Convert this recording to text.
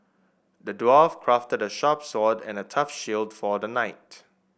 the dwarf crafted a sharp sword and a tough shield for the knight